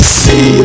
see